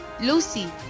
Lucy